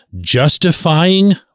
justifying